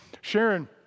Sharon